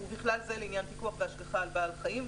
רוצה לומר: "ובכלל זה לעניין פיקוח והשגחה על בעל חיים,